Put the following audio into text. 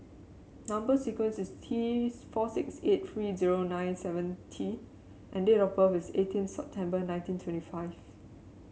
number sequence is T four six eight three zero nine seven T and date of birth is eighteen September nineteen twenty five